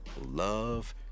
love